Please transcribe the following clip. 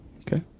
Okay